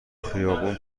خیابون